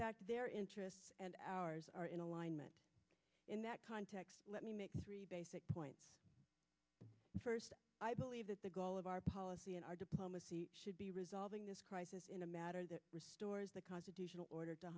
fact their interests and ours are in alignment in that context let me make that point first i believe that the goal of our policy in our diplomacy should be resolving this crisis in a matter that restores the constitutional order to